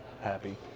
happy